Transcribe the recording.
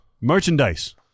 merchandise